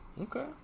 Okay